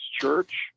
church